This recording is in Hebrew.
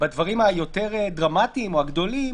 והדברים היותר דרמטיים או הגדולים,